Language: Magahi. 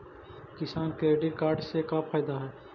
किसान क्रेडिट कार्ड से का फायदा है?